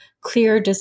clear